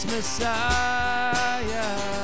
Messiah